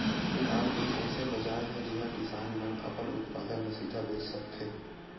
का कोई अइसे बाजार हे जिहां किसान मन अपन उत्पादन ला सीधा बेच सकथे?